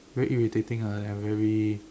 very irritating ah and very